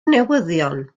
newyddion